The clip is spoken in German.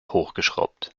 hochgeschraubt